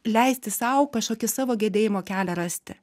leisti sau kažkokį savo gedėjimo kelią rasti